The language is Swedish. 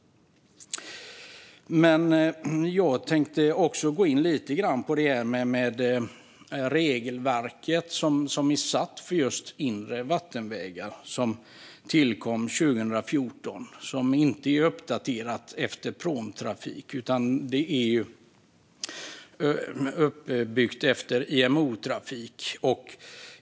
Jag tänkte också gå in lite grann på det regelverk för inre vattenvägar som tillkom 2014 och som inte är uppdaterat efter pråmtrafik utan bygger på IMO-trafik.